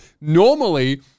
Normally